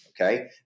okay